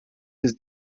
his